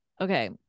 okay